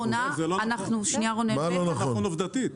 לא נכון עובדתית.